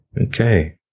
Okay